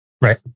Right